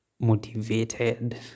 motivated